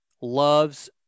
loves